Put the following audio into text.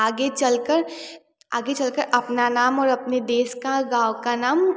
आगे चलकर आगे चलकर अपना नाम और अपने देश का गाँव का नाम